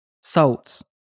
Salts